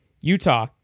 Utah